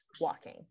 walking